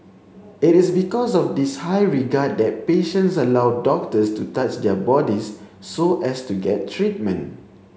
it is because of this high regard that patients allow doctors to touch their bodies so as to get treatment